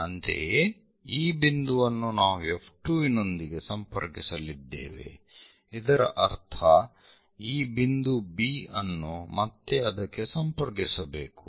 ಅಂತೆಯೇ ಈ ಬಿಂದುವನ್ನು ನಾವು F2 ವಿನೊಂದಿಗೆ ಸಂಪರ್ಕಿಸಲಿದ್ದೇವೆ ಇದರ ಅರ್ಥ ಈ ಬಿಂದು B ಅನ್ನು ಮತ್ತೆ ಅದಕ್ಕೆ ಸಂಪರ್ಕಿಸಬೇಕು